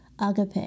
Agape